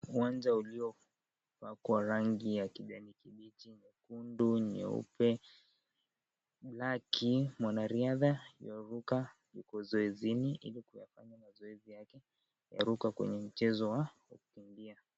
Uwanja uliopakwa rangi ya kijani kibichi, nyekundu, nyeupe, blaki mwanariadha ywaruka yuko zoezini ili kuyafanya mazoezi yake ya ruka kwenye mchezo wa kukimbia.